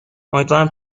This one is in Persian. امیدوارم